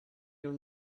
your